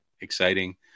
exciting